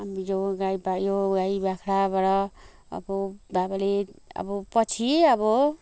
अब यो गाई भयो गाई बाख्राबाट अब बाबाले अब पछि अब